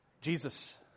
Jesus